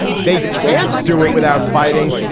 they can't do it without fighting.